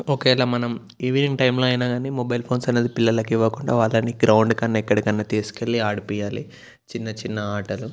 ఒకవేలా మనం ఈవెనింగ్ టైంలో అయినా గానీ మొబైల్ ఫోన్స్ అనేది పిల్లలకి ఇవ్వకుండా వాళ్ళని గ్రౌండ్ కన్నా ఎక్కడికన్నా తీసుకెళ్లి ఆడిపియ్యాలి చిన్న చిన్న ఆటలు